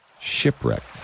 Shipwrecked